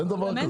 אין דבר כזה.